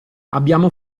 abbiamo